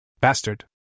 Bastard